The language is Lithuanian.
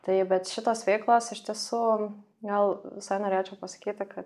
tai bet šitos veiklos iš tiesų gal visai norėčiau pasakyti ka